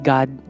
God